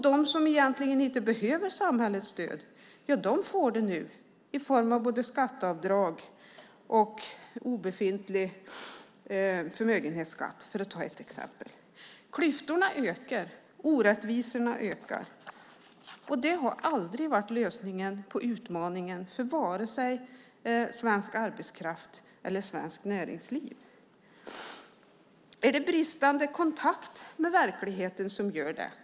De som egentligen inte behöver samhällets stöd får det nu i form av både skatteavdrag och obefintlig förmögenhetsskatt, för att ta två exempel. Klyftorna ökar. Orättvisorna ökar. Det har aldrig varit lösningen på utmaningen för vare sig svensk arbetskraft eller svenskt näringsliv. Är det bristande kontakt med verkligheten som gör det?